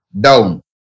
Down